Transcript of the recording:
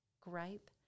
gripe